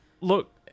Look